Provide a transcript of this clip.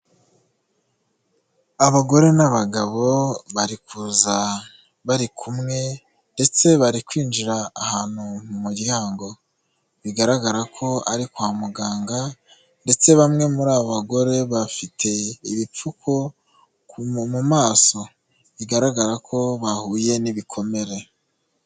Abagore n'abagabo bari kuza bari kumwe ndetse bari kwinjira ahantu mu muryango, bigaragara ko ari kwa muganga ndetse bamwe muri abo bagore bafite ibipfuko mu maso, bigaragara ko bahuye n'ibikomere.